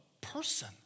person